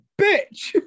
bitch